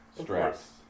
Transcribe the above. Stress